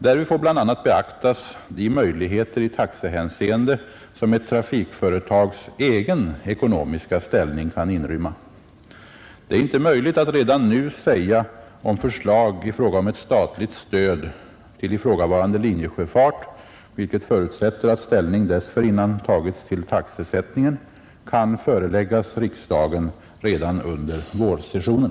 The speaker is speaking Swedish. Därvid får bl.a. beaktas de möjligheter i taxehänseende som ett trafikföretags egen ekonomiska ställning kan inrymma. Det är inte möjligt att redan nu säga, om förslag i fråga om ett statligt stöd till ifrågavarande linjesjöfart — vilket förutsätter att ställning dessförinnan tagits till taxesättningen — kan föreläggas riksdagen redan under vårsessionen.